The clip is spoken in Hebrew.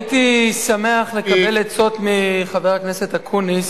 הייתי שמח לקבל עצות מחבר הכנסת אקוניס,